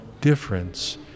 difference